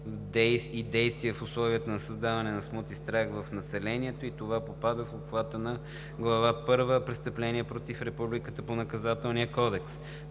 и действия в условията на създаване на смут и страх в населението. Това попада в обхвата на Глава първа „Престъпления против Републиката“ от Наказателния кодекс.